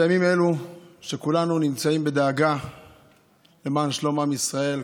בימים אלו כולנו נמצאים בדאגה למען שלום עם ישראל,